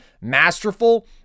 masterful